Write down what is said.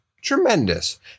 tremendous